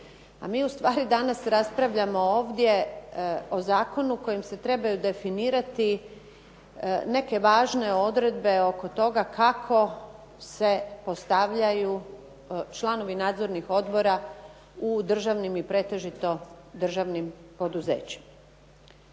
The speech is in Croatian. A mi ustvari danas raspravljamo ovdje o zakonu kojim se trebaju definirati neke važne odredbe oko toga kako se postavljaju članovi nadzornih odbora u državnim i pretežito državnim poduzećima.